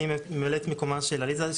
אני ממלא את מקומה של עליזה.